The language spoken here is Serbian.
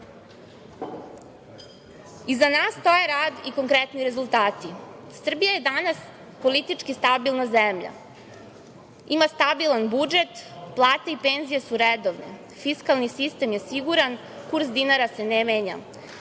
nas ostaje rad i konkretni rezultati. Srbija je danas politički stabilna zemlja, ima stabilan budžet, plate i penzije su redovne. Fiskalni sistem je siguran, kurs dinara se ne menja